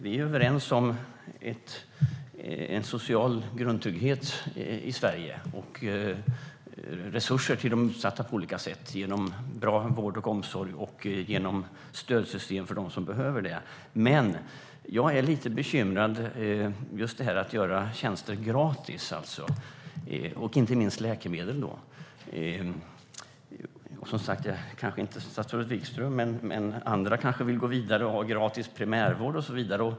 Vi är överens om att vi ska ha en social grundtrygghet i Sverige och om resurser till utsatta på olika sätt, genom bra vård och omsorg och genom stödsystem för dem som behöver det. Men jag är lite bekymrad över just detta att göra tjänster och varor gratis, inte minst läkemedel. Kanske inte statsrådet Wikström men andra kanske vill gå vidare och ha gratis primärvård och så vidare.